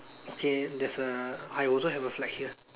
okay there's a I also have a flag here